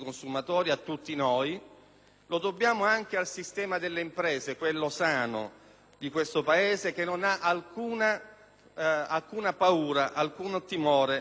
Lo dobbiamo anche al sistema delle imprese, quello sano, di questo Paese che non ha alcuna paura e timore di queste norme.